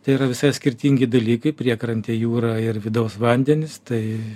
tai yra visai skirtingi dalykai priekrantė jūra ir vidaus vandenys tai